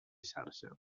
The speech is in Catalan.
xarxa